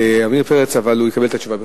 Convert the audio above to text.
עמיר פרץ יקבל את התשובה בכתב.